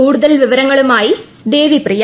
കൂടുതൽ വിവരങ്ങളുമായി ദേവിപ്രിയ